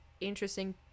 interesting